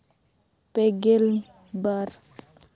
ᱯᱮᱜᱮᱞ ᱵᱟᱨ